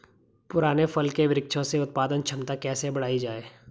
पुराने फल के वृक्षों से उत्पादन क्षमता कैसे बढ़ायी जाए?